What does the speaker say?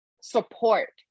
support